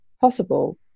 possible